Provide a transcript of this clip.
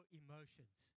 emotions